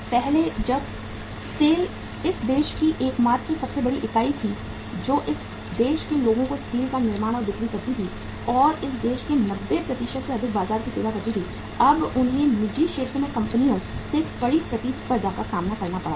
पहले जब SAIL इस देश की एकमात्र सबसे बड़ी इकाई थी जो इस देश के लोगों को स्टील का निर्माण और बिक्री करती थी और इस देश के 90 से अधिक बाजार की सेवा करती थी अब उन्हें निजी क्षेत्र की कंपनियों से कड़ी प्रतिस्पर्धा का सामना करना पड़ा था